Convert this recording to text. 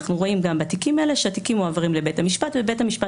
אנחנו רואים שהתיקים האלה מועברים לבית המשפט והוא